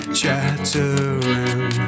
chattering